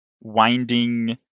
winding